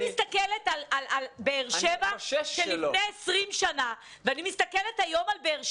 אני מסתכלת על באר שבע של לפני 20 שנה ואני מסתכלת היום על באר שבע.